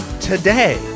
today